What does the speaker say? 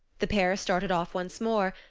the pair started off once more,